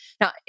Now